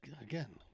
Again